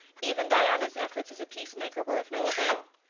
even diana's efforts as a peacemaker were of no avail.